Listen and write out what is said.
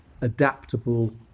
adaptable